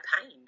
pain